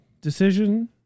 decision